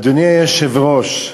אדוני היושב-ראש,